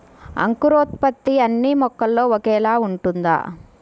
అంకురోత్పత్తి అన్నీ మొక్కల్లో ఒకేలా ఉంటుందా?